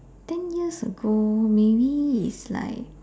ten years ago maybe it's like